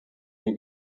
nii